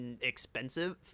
expensive